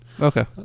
Okay